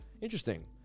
Interesting